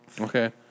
Okay